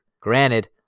Granted